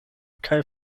kaj